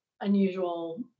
unusual